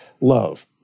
love